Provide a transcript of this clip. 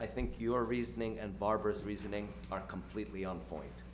i think your reasoning and barbara's reasoning are completely on point